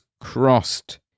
crossed